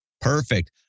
Perfect